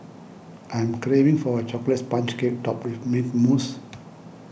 I'm craving for a Chocolate Sponge Cake Topped with Mint Mousse